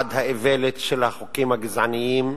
במצעד האיוולת של החוקים הגזעניים.